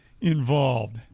involved